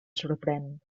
sorprèn